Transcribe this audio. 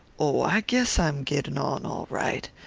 oh, i guess i'm getting on all right.